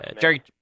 Jerry